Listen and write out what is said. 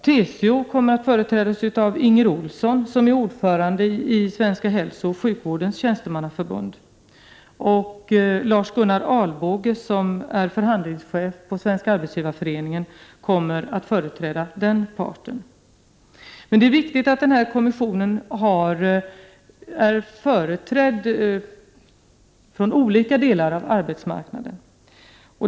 TCO kommer att företrädas av Inger Ohlsson, som är ordförande i Svenska hälsooch sjukvårdens tjänstemannaförbund. Lars-Gunnar Albåge, förhandlingschef på Svenska arbetsgivareföreningen, kommer att företräda sin organisation. Det är viktigt att denna kommission har representation från olika delar av arbetsmarknaden.